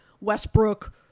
Westbrook